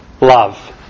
love